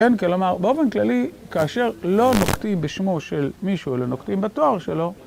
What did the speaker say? כן כלומר באופן כללי כאשר לא נוקטים בשמו של מישהו אלא נוקטים בתואר שלו